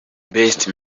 best